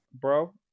Bro